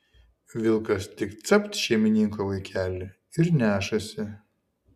vilkas tik capt šeimininko vaikelį ir nešasi